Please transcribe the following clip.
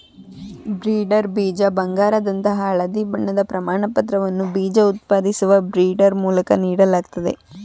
breeder ಬೀಜ ಬಂಗಾರದಂತಹ ಹಳದಿ ಬಣ್ಣದ ಪ್ರಮಾಣಪತ್ರವನ್ನ ಬೀಜ ಉತ್ಪಾದಿಸುವ ಬ್ರೀಡರ್ ಮೂಲಕ ನೀಡಲಾಗ್ತದೆ